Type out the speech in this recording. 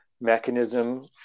mechanism